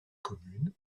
communes